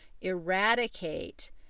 eradicate